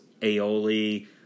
aioli